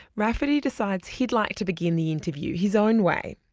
rafferty decides he'd like to begin the interview his own way,